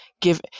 give